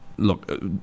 look